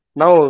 now